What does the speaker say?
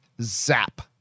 Zap